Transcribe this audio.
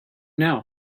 now